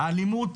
האלימות